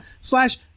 slash